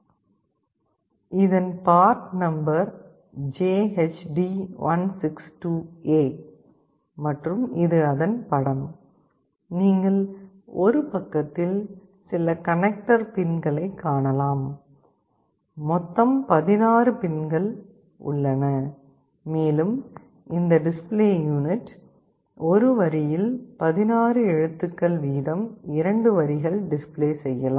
இடம் part number JHD162A மற்றும் இது அதன் படம் நீங்கள் ஒரு பக்கத்தில் சில கனெக்டர் பின்களைக் காணலாம் மொத்தம் 16 பின்கள் உள்ளன மேலும் இந்த டிஸ்ப்ளே யூனிட் ஒரு வரியில் 16 எழுத்துக்கள் வீதம் 2 வரிகள் டிஸ்ப்ளே செய்யலாம்